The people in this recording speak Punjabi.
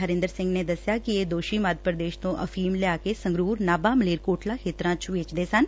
ਹਰਿੰਦਰ ਸਿੰਘ ਨੇ ਦਸਿਆ ਕਿ ਇਹ ਦੋਸ਼ੀ ਮੱਧ ਪ੍ਰਦੇਸ਼ ਤੋ ਅਫੀਮ ਲਿਆ ਕੇ ਸੰਗਰੁਰ ਨਾਭਾ ਮਲੇਰਕੋਟਲਾ ਖੇਤਰਾਂ ਚ ਵੇਚਦੇ ਸਨ